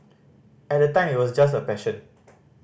at the time it was just a passion